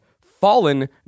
fallen